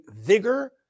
vigor